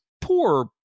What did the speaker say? poor